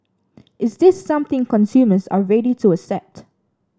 is this something consumers are ready to accept